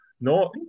No